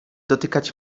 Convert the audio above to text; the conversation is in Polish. dotykać